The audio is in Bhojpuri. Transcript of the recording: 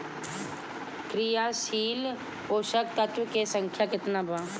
क्रियाशील पोषक तत्व के संख्या कितना बा?